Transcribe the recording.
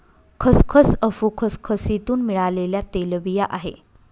खसखस अफू खसखसीतुन मिळालेल्या तेलबिया आहे